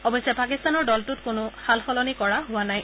অৱশ্যে পাকিস্তানৰ দলটোত কোনো সালসলনি কৰা হোৱা নাই